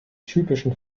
typischen